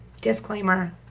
disclaimer